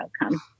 outcome